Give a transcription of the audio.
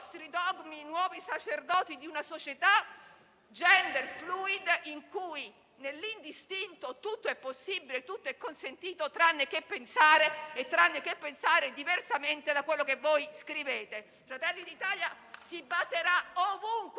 nuovi sacerdoti di una società *genderfluid*, in cui nell'indistinto tutto è possibile, tutto è consentito, tranne che pensare e pensare diversamente da quello che voi scrivete. Fratelli d'Italia si batterà ovunque